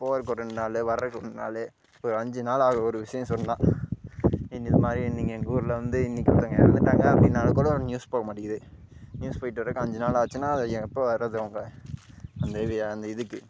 அது போகிறதுக்கு ஒரு ரெண்டு நாள் வர்றக்கு ரெண்டு நாள் ஒரு அஞ்சு நாள் ஆகும் ஒரு விஷியம் சொன்னா இந் இதுமாதிரி நீங்கள் எங்கள் ஊரில் வந்து இன்றைக்கி ஒருத்தங்க இறந்துட்டாங்க அப்படினாலுகூட ஒரு நியூஸ் போகமாட்டிக்கிது நியூஸ் போயிட்டு வர்றக்கு அஞ்சு நாளாச்சுனா அது எப்போ வர்றது அவங்க அந்த இவி அந்த இதுக்கு